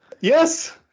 Yes